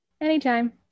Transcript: Anytime